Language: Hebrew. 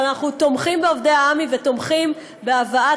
אבל אנחנו תומכים בעובדי העמ"י ותומכים בהבאת